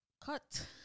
Cut